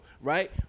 right